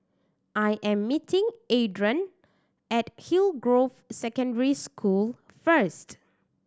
I am meeting Adron at Hillgrove Secondary School first